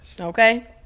Okay